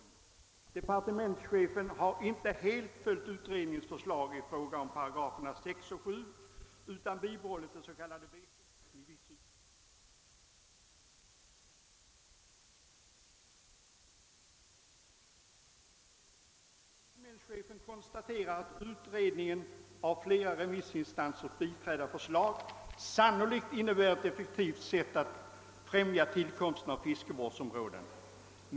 Departementschefen har inte helt följt utredningens förslag i fråga om 6 8 och 10 8 utan bibehållit den s.k. vetorätten i viss utsträckning, och reservanterna anser, att den enskildes rättsskydd härigenom försvagas. Departementschefen konstaterar att utredningens av flera remissinstanser biträdda förslag samtidigt innebär ett effektivt sätt att förnya tillkomsten av fiskevårdsområden.